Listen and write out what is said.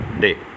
day